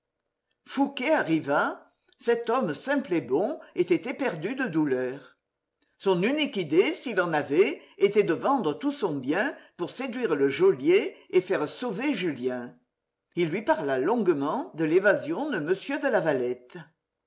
fouqué arriva cet homme simple et bon était éperdu de douleur son unique idée s'il en avait était de vendre tout son bien pour séduire le geôlier et faire sauver julien il lui parla longuement de l'évasion de m de lavalette